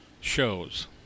shows